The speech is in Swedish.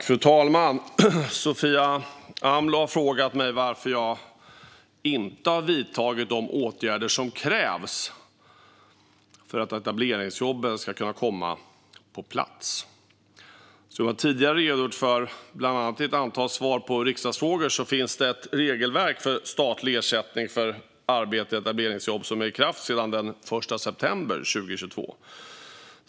Fru talman! har frågat mig varför jag inte har vidtagit de åtgärder som krävs för att etableringsjobben ska kunna komma på plats. Som jag tidigare redogjort för, bland annat i ett antal svar på riksdagsfrågor, finns det ett regelverk för statlig ersättning för arbete i etableringsjobb som är i kraft sedan den 1 september 2022.